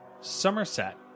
Somerset